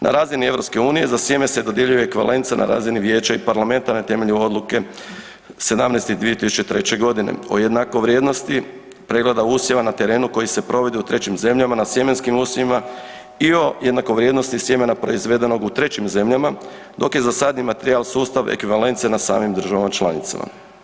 Na razini EU za sjeme se dodjeljuje ekvivalenca na razini vijeća i parlamenta na temelju odluke 17 iz 2003.g. o jednakovrijednosti pregleda usjeva na terenu koji se provodi u trećim zemljama na sjemenskim usjevima i o jednakovrijednosti sjemena proizvedenog u trećim zemljama dok je za sadni materijal sustav ekvivalence na samim državama članicama.